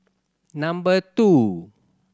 number two